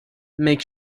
make